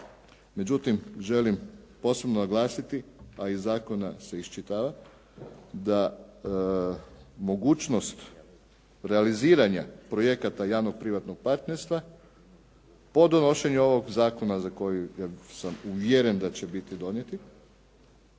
međutim želim posebno naglasiti, a iz zakona se iščitava da mogućnost realiziranja projekata javno-privatnog partnerstva po donošenju ovog zakona za koji sam uvjeren da će biti donijeti